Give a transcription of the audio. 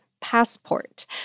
Passport